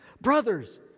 Brothers